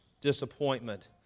disappointment